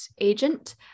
agent